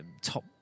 top